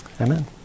amen